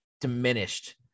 diminished